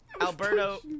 Alberto